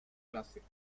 classics